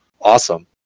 Awesome